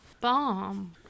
bomb